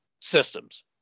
systems